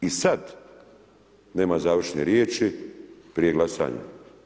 I sad nema završne riječi proje glasanja.